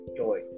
joy